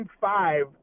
five